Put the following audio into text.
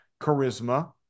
charisma